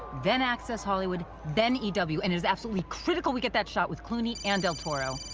then access hollywood, then ew, and it is absolutely critical we get that show with clooney, and del toro.